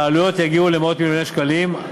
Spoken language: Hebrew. העלויות יגיעו למאות-מיליוני שקלים,